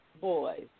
boys